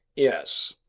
yes.